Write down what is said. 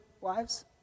wives